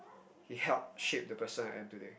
he helped shape the person I am today